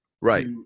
Right